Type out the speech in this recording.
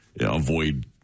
avoid